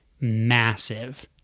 massive